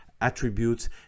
attributes